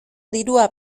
dirua